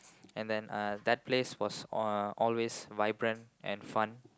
and then uh that place was uh always vibrant and fun